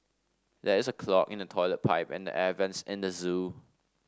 there is a clog in the toilet pipe and the air vents at the zoo